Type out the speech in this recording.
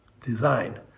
design